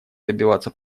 добиваться